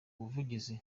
ubuvugizi